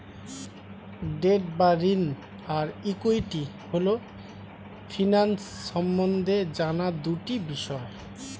date বা ঋণ আর ইক্যুইটি হল ফিন্যান্স সম্বন্ধে জানার দুটি বিষয়